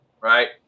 right